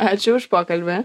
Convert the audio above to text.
ačiū už pokalbį